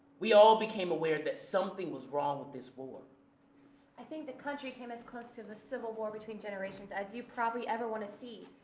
we all became aware that something was wrong with this war i think the country came as close to the civil war between generations as you probably ever wanna see.